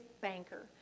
Banker